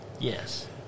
yes